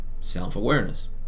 self-awareness